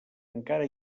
encara